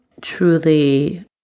truly